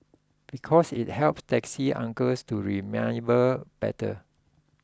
because it helps taxi uncles to remember better